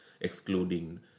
excluding